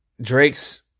Drake's